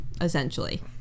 essentially